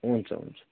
हुन्छ हुन्छ